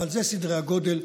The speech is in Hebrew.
אבל זה סדר הגודל.